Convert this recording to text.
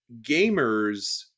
gamers